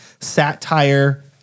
satire